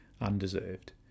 undeserved